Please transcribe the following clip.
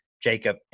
Jacob